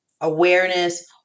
awareness-